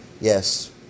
yes